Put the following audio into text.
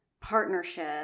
partnership